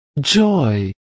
joy